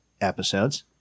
episodes